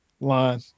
line